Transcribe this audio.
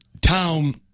town